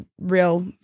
real